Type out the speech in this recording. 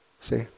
See